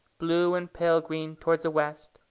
blue, and pale-green towards the west,